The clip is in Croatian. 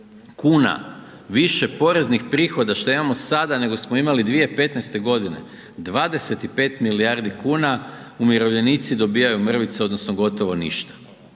kuna više poreznih prihoda šta imamo sada nego smo imali 2015.g., 25 milijardi kuna umirovljenici dobivaju mrvice odnosno gotovo ništa,